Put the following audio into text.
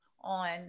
on